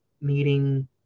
meeting